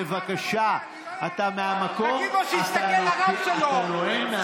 בבקשה, אתה מהמקום, אתה נואם מהמקום.